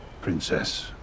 princess